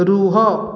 ରୁହ